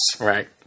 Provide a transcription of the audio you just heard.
Right